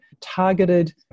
targeted